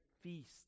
feast